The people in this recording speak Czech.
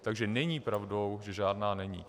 Takže není pravdou, že žádná není.